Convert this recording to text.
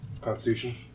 Constitution